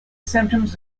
symptoms